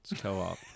co-op